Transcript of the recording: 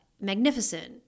magnificent